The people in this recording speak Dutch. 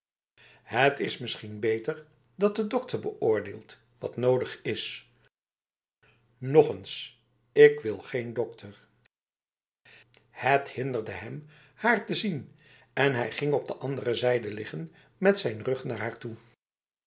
het is misschien beter dat de dokter beoordeelt wat nodig is nog eens ik wil geen dokter het hinderde hem haar te zien en hij ging op de andere zijde liggen met zijn rug naar haar toe